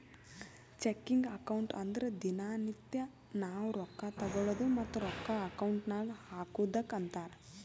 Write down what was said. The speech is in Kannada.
ಚೆಕಿಂಗ್ ಅಕೌಂಟ್ ಅಂದುರ್ ದಿನಾ ನಿತ್ಯಾ ನಾವ್ ರೊಕ್ಕಾ ತಗೊಳದು ಮತ್ತ ರೊಕ್ಕಾ ಅಕೌಂಟ್ ನಾಗ್ ಹಾಕದುಕ್ಕ ಅಂತಾರ್